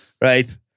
Right